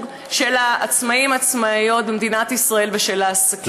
של העצמאים ועצמאיות במדינת ישראל ושל העסקים.